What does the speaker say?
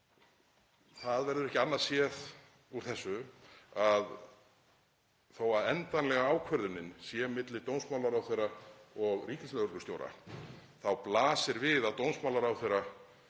það verður ekki annað séð úr þessu en að þótt endanlega ákvörðunin sé á milli dómsmálaráðherra og ríkislögreglustjóra þá blasi við að dómsmálaráðherra